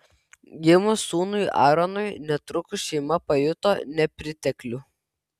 gimus sūnui aaronui netrukus šeima pajuto nepriteklių